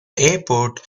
airport